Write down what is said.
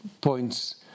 points